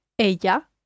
ELLA